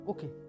Okay